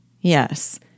Yes